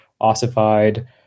ossified